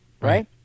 right